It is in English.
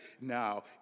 now